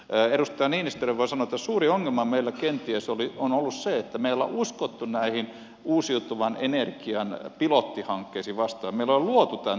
edustaja niinistölle voin sanoa että suuri ongelma meillä kenties on ollut se että me emme ole uskoneet näihin uusiutuvan energian pilottihankkeisiin ja me emme ole luoneet tämäntyylisiä hankkeita